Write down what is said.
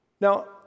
Now